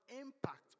impact